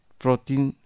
protein